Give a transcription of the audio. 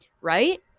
right